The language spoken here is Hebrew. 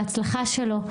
בהצלחה שלו.